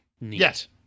Yes